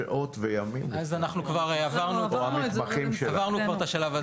לשמחתנו אנחנו כבר עברנו את השלב הזה,